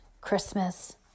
Christmas